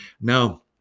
Now